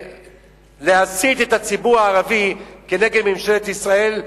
ולהסית את הציבור הערבי נגד ממשלת ישראל,